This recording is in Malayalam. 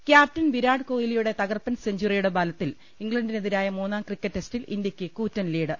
ക്യാപ്റ്റൻ വിരാട് കോഹ്ലിയുടെ തകർപ്പൻ സെഞ്ചറിയുടെ ബലത്തിൽ ഇംഗ്ലണ്ടിനെതിരായ മൂന്നാം ക്രിക്കറ്റ് ടെസ്റ്റിൽ ഇന്ത്യക്ക് കൂറ്റൻ ലീഡ്